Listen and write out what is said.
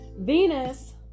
Venus